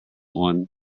one